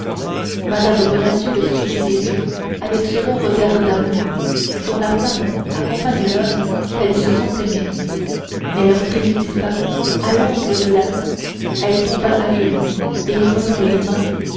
mme bonacieux le suivit des yeux avec ce long regard d'amour dont la femme accompagne l'homme qu'elle se sent aimer mais lorsqu'il eut disparu à l'angle de la rue elle tomba à genoux et joignant les mains